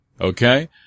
Okay